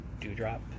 Dewdrop